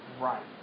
right